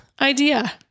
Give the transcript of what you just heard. idea